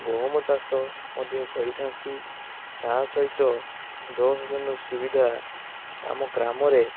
ଗହମ ଚାଷ ମଧ୍ୟ କରିଥାନ୍ତି ତା ସହିତ ଜଳ ସେଚନର ସୁବିଧା ଆମ ଗ୍ରାମରେ